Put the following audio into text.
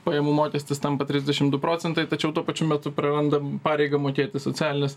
pajamų mokestis tampa trisdešim du procentai tačiau tuo pačiu metu prarandam pareigą mokėti socialines